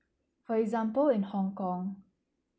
for example in hong kong